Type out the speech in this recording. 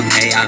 Hey